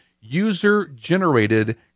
user-generated